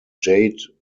jade